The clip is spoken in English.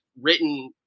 written